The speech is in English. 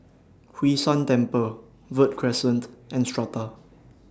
Hwee San Temple Verde Crescent and Strata